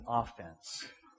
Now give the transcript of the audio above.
offense